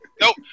Nope